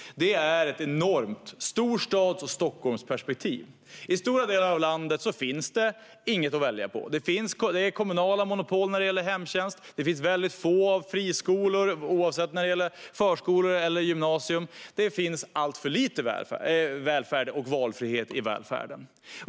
Det är ett enormt storstads och Stockholmsperspektiv. I stora delar av landet finns det inget att välja på. Det är kommunala monopol när det gäller hemtjänsten. Det finns väldigt få friskolor, oavsett om det gäller förskolor eller gymnasier, och det finns alltför lite valfrihet i välfärden.